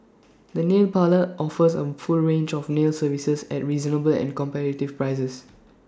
the nail parlour offers A full range of nail services at reasonable and competitive prices